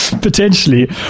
potentially